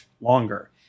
longer